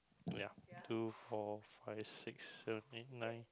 ya two four five six seven eight nine